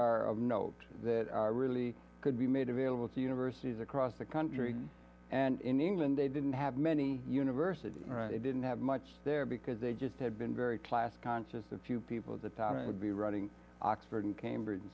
are of note that are really could be made available to universities across the country and in england they didn't have many universities they didn't have much there because they just had been very class conscious a few people at the time it would be running oxford and cambridge and